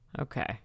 Okay